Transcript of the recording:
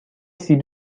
سیب